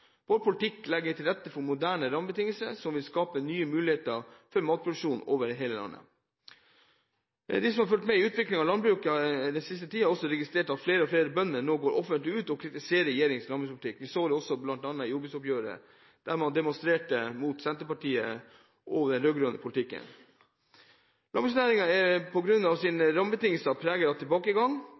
Vår politikk legger til rette for moderne rammebetingelser som vil skape nye muligheter for matproduksjonen over hele landet. De som har fulgt med i utviklingen i landbruket den siste tiden, har også registrert at flere og flere bønder nå går offentlig ut og kritiserer regjeringens landbrukspolitikk. Vi så det bl.a. i forbindelse med jordbruksoppgjøret, da man demonstrerte mot Senterpartiet og den rød-grønne politikken. Landbruksnæringen er på grunn av sine rammebetingelser preget av